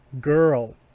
girl